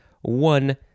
one